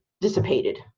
dissipated